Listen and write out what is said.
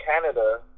Canada